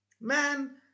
man